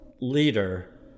leader